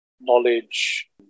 knowledge